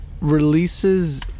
releases